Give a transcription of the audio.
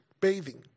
bathing